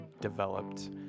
developed